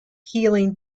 healing